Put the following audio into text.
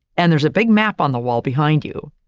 and there's a big map on the wall behind you.